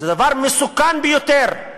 זה דבר מסוכן ביותר.